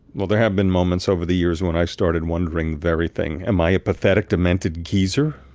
well, there have been moments over the years when i started wondering verything. am i a pathetic, demented geezer?